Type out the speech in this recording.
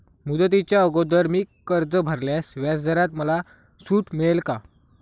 मुदतीच्या अगोदर मी कर्ज भरल्यास व्याजदरात मला सूट मिळेल का?